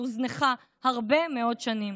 שהוזנחה הרבה מאוד שנים.